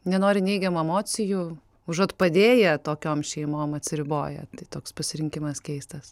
nenori neigiamų emocijų užuot padėję tokioms šeimom atsiriboja tai toks pasirinkimas keistas